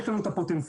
יש לנו את הפוטנציאל,